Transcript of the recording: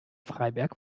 freiberg